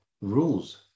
rules